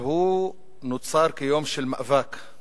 אבל הוא נוצר כיום של מאבק,